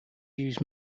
used